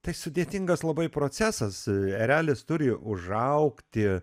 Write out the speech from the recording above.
tai sudėtingas labai procesas erelis turi užaugti